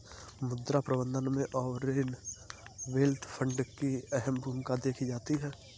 मुद्रा प्रबन्धन में सॉवरेन वेल्थ फंड की अहम भूमिका देखी जाती है